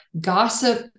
Gossip